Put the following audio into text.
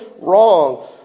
wrong